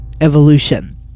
evolution